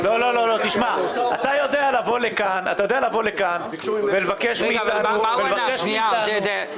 אתה יודע לבוא לכאן ולבקש מאיתנו